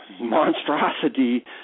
monstrosity